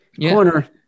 Corner